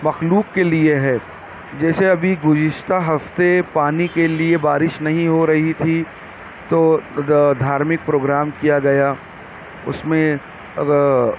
مخلوق کے لیے ہے جیسے ابھی گذشتہ ہفتے پانی کے لیے بارش نہیں ہو رہی تھی تو دھارمک پروگرام کیا گیا اس میں